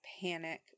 panic